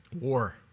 War